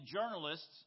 journalists